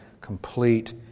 complete